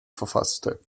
verfasste